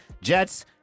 Jets